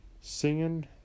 singing